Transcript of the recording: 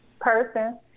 person